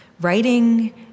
writing